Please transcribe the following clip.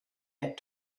had